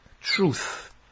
truth